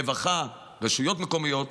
רווחה, רשויות מקומיות,